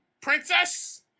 princess